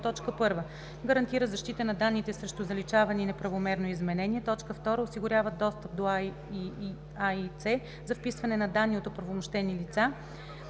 който: 1. гарантира защита на данните срещу заличаване и неправомерно изменение; 2. осигурява достъп до АИС за вписване на данни от оправомощени лица;